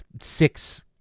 six